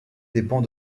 dépend